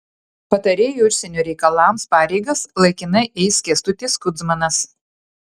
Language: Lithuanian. patarėjo užsienio reikalams pareigas laikinai eis kęstutis kudzmanas